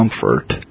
comfort